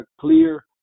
clear